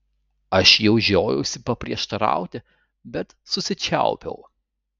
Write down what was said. aš jau žiojausi paprieštarauti bet susičiaupiau